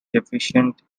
deficient